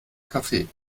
kaffee